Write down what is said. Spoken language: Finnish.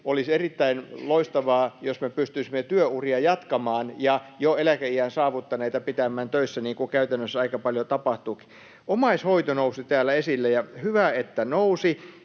olisi erittäin loistavaa, jos me pystyisimme työuria jatkamaan ja jo eläkeiän saavuttaneita pitämään töissä, niin kuin käytännössä aika paljon tapahtuukin. Omaishoito nousi täällä esille, ja hyvä, että nousi.